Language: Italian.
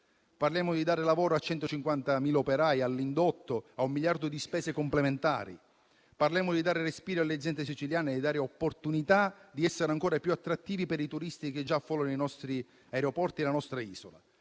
Parliamo di dare lavoro a 150.000 operai, all'indotto, a un miliardo di spese complementari; parliamo di dare respiro alle aziende siciliane, di dare l'opportunità di essere ancora più attrattivi per i turisti che già affollano i nostri aeroporti e la nostra isola.